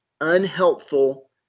unhelpful